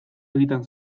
egiten